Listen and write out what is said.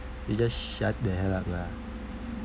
you just shut the hell up lah